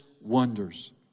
wonders